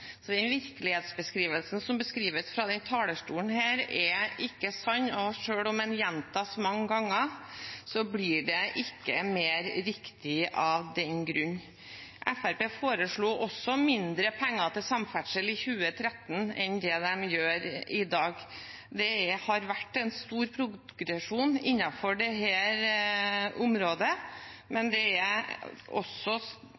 Så den virkelighetsbeskrivelsen som kommer fra denne talerstolen, er ikke sann. Selv om den gjentas mange ganger, blir det ikke mer riktig av den grunn. Fremskrittspartiet foreslo også mindre penger til samferdsel i 2013 enn de gjør i dag. Det har vært en stor progresjon innenfor dette området, men det